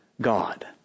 God